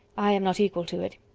i am not equal to it.